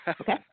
Okay